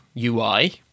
UI